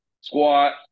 squat